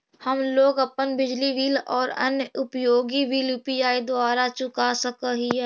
हम लोग अपन बिजली बिल और अन्य उपयोगि बिल यू.पी.आई द्वारा चुका सक ही